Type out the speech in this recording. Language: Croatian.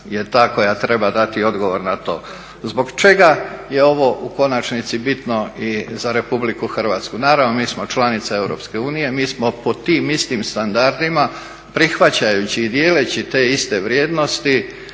je ta koja treba dati odgovor na to. Zbog čega je ovo u konačnici bitno i za RH? Naravno mi smo članica EU, mi smo pod tim istim standardima prihvaćajući i dijeleći te iste vrijednosti